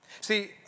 See